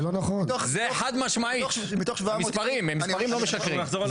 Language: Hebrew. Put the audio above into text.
זה חד משמעית, המספרים לא משקרים.